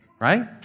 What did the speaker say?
right